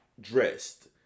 dressed